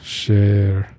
share